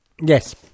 Yes